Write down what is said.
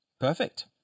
Perfect